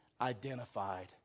identified